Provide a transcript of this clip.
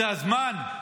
זה הזמן?